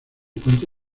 puente